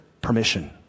permission